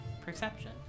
Perception